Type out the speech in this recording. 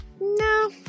No